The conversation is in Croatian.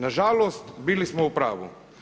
Nažalost, bili smo u pravu.